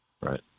right